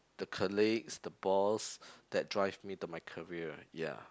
the colleagues the boss that drive me to my career ya